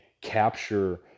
capture